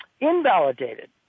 invalidated